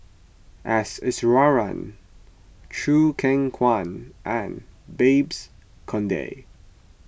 S Iswaran Choo Keng Kwang and Babes Conde